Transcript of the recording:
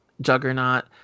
juggernaut